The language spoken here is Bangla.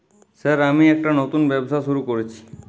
স্যার আমি একটি নতুন ব্যবসা শুরু করেছি?